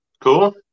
Cool